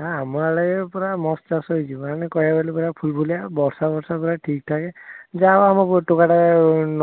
ହଁ ଆମ ଆଡ଼େ ପୁରା ମସ୍ତ ଚାଷ ହେଇଛି ଭାଇନା ମାନେ କହିବାକୁ ଗଲେ ଫୁଲ ଫୁଲିଆ ବର୍ଷା ମର୍ଶା ପୁରା ଠିକ୍ଠାକ୍ ଯାହେଉ ଆମ ଟୋକାଟା